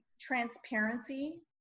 transparency